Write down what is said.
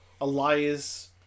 Elias